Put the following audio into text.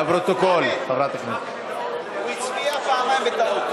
אדוני, הצבעתי בטעות, הוא הצביע פעמיים בטעות,